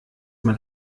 man